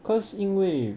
cause 因为